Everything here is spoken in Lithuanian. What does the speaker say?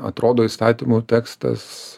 atrodo įstatymų tekstas